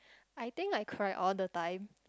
I think I cry all the time